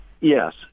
Yes